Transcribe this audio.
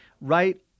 right